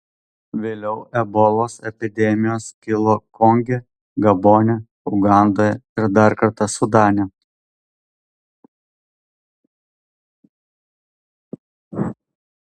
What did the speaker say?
vėliau ebolos epidemijos kilo konge gabone ugandoje ir dar kartą sudane